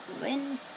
win